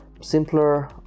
simpler